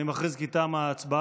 אני מכריז כי תמה ההצבעה.